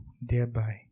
thereby